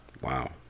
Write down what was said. Wow